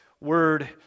word